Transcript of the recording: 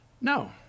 No